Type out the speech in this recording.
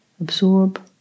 Absorb